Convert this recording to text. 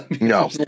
No